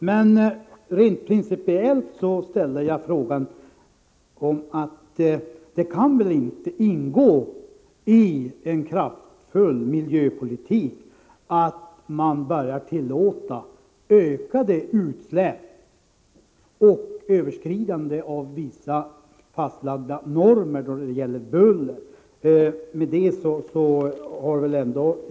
Men rent principiellt ställde jag frågan: Det kan väl inte ingå i en kraftfull miljöpolitik att man börjar tillåta ökade utsläpp och överskridande av vissa fastlagda normer då det gäller buller?